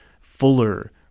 fuller